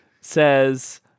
says